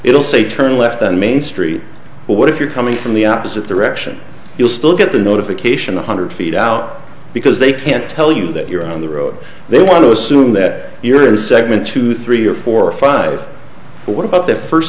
it'll say turn left on main street but what if you're coming from the opposite direction you'll still get the notification one hundred feet out because they can't tell you that you're on the road they want to assume that you're in segment two three or four or five but what about the first